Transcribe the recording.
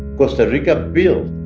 costa rica built